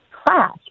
class